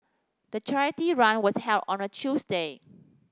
the charity run was held on a Tuesday